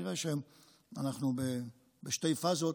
יראה שאנחנו בשתי פאזות